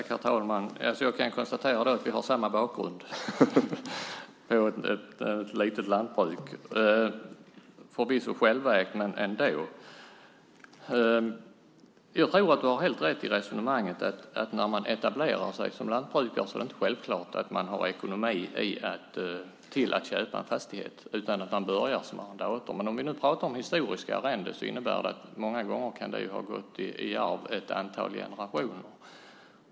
Herr talman! Jag kan konstatera att Egon Frid och jag har samma bakgrund. Vi kommer båda från små lantbruk, förvisso självägt i mitt fall men ändå. Du har helt rätt i resonemanget om att när man etablerar sig som lantbrukare är det inte självklart att man har ekonomin att köpa en fastighet, utan man börjar som arrendator. Men talar vi om historiska arrenden kan dessa många gånger ha gått i arv i ett antal generationer.